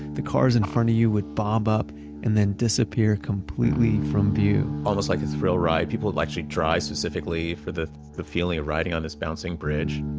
the cars in front of you would bob up and then disappear completely from view almost like a thrill ride, people actually drive specifically for the the feeling of riding on this bouncing bridge